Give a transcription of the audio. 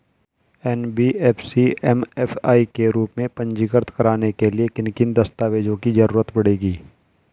NBFC MFI के रूप में पंजीकृत कराने के लिए किन किन दस्तावेजों की जरूरत पड़ेगी?